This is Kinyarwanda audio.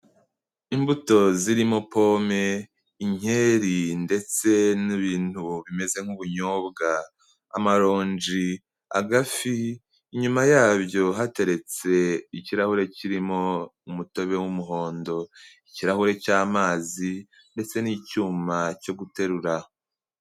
Imbuto zirimo pome, inkeri ndetse n'ibintu bimeze nk'ubunyobwa, amaronji, agafi, inyuma yabyo hateretse ikirahure kirimo umutobe w'umuhondo, ikirahure cy'amazi ndetse n'icyuma cyo guterura.